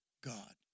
God